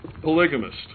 polygamist